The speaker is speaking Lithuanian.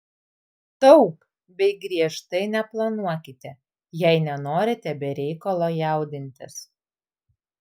daug bei griežtai neplanuokite jei nenorite be reikalo jaudintis